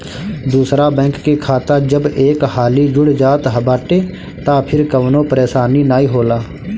दूसरा बैंक के खाता जब एक हाली जुड़ जात बाटे तअ फिर कवनो परेशानी नाइ होला